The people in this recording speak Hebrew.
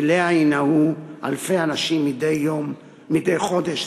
שאליה ינהרו אלפי אנשים מדי חודש,